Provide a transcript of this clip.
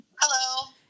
Hello